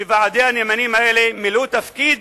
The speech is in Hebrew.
שוועדי הנאמנים האלה מילאו תפקיד